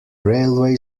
railway